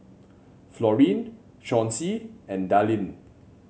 Florine Chauncy and Dallin